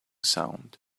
sound